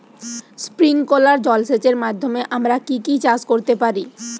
Sprinkler জলসেচের মাধ্যমে আমরা কি কি চাষ করতে পারি?